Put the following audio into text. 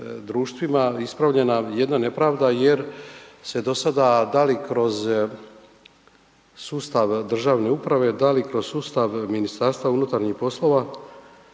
društvima ispravljena jedna nepravda jer se dosada da li kroz sustav državne, da li kroz sustav MUP-a privilegiralo i javne